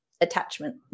attachment